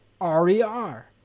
R-E-R